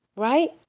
Right